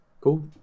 Cool